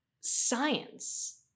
science